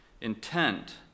intent